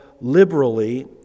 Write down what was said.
liberally